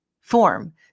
form